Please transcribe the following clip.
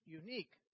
unique